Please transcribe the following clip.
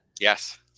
Yes